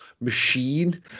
machine